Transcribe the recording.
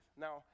Now